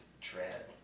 tread